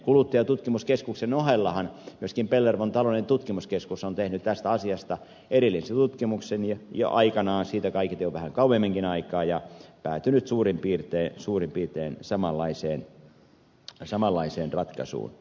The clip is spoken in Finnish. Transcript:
kuluttajatutkimuskeskuksen ohellahan myöskin pellervon taloudellinen tutkimuslaitos on tehnyt tästä asiasta erillisen tutkimuksen jo aikanaan siitä kaiketi on vähän kauemminkin aikaa ja päätynyt suurin piirtein samanlaiseen ratkaisuun